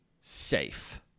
safe